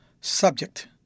subject